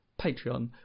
Patreon